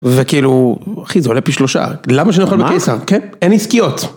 וכאילו, אחי, זה עולה פי שלושה, למה שאני אוכל בפיסר, מה? כן, אין עסקיות.